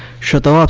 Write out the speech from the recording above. should the